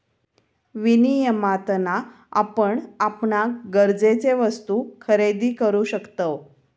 विनियमातना आपण आपणाक गरजेचे वस्तु खरेदी करु शकतव